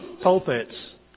pulpits